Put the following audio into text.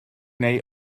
neu